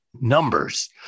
numbers